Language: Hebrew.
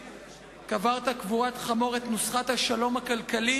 קברת קבורת חמור את נוסחת "השלום הכלכלי"